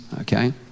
Okay